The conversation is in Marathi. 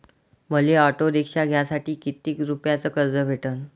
मले ऑटो रिक्षा घ्यासाठी कितीक रुपयाच कर्ज भेटनं?